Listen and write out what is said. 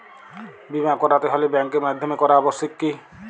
বিমা করাতে হলে ব্যাঙ্কের মাধ্যমে করা আবশ্যিক কি?